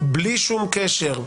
בלי שום קשר,